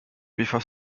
before